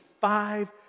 five